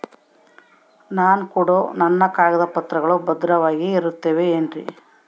ನಾನು ಕೊಡೋ ನನ್ನ ಕಾಗದ ಪತ್ರಗಳು ಭದ್ರವಾಗಿರುತ್ತವೆ ಏನ್ರಿ?